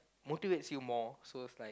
motivates you more so is like